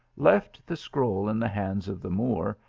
left the scroll in the hands of the moor,